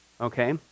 okay